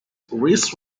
wrists